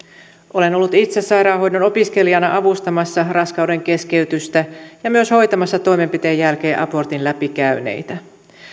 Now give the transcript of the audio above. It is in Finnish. olen ollut itse sairaanhoidon opiskelijana avustamassa raskaudenkeskeytystä ja myös hoitamassa toimenpiteen jälkeen abortin läpikäyneitä